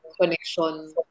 connection